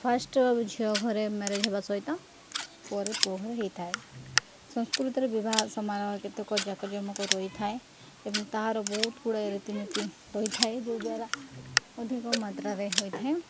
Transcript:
first ଝିଅ ଘରେ marriage ହେବା ସହିତ ପରେ ପୁଅ ଘରେ ହେଇଥାଏ ସଂସ୍କୃତିରେ ବିବାହ ସମାରୋହ କେତେକ ଯାକଜମକରେ ହୋଇଥାଏ ଏବଂ ତାହାର ବହୁତ ଗୁଡ଼ାଏ ରୀତିନୀତି ରହିଥାଏ ଯୋଉଦ୍ୱାରା ଅଧିକ ମାତ୍ରାରେ ହୋଇଥାଏ